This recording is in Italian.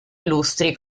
illustri